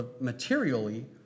materially